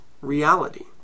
reality